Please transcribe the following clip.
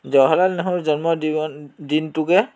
জৱহৰলাল নেহৰুৰ জন্ম দিনটোকে